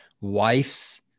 wife's